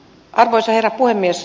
arvoisa herra puhemies